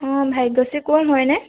অঁ ভাগ্যশ্ৰী কোঁৱৰ হয়নে